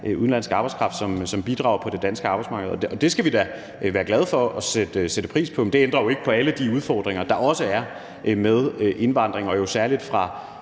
udenlandsk arbejdskraft, som bidrager på det danske arbejdsmarked. Det skal vi da være glade for og sætte pris på. Men det ændrer jo ikke på alle de udfordringer, der også er med indvandring, og jo særlig fra